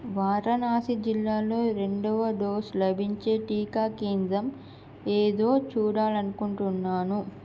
వారణాసి జిల్లాలో రెండవ డోసు లభించే టీకా కేంద్రం ఏదో చూడాలనుకుంటున్నాను